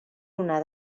una